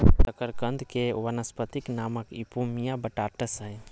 शकरकंद के वानस्पतिक नाम इपोमिया बटाटास हइ